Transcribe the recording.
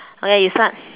okay you start